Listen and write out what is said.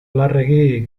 larregi